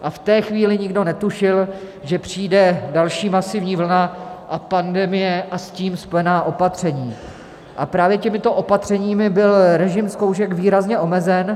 V té chvíli nikdo netušil, že přijde další masivní vlna pandemie a s tím spojená opatření, a právě těmito opatřeními byl režim zkoušek výrazně omezen.